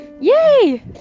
yay